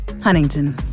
Huntington